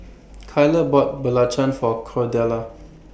Kyler bought Belacan For Cordella